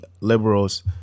liberals